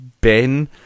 Ben